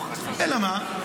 אלא מה?